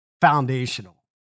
foundational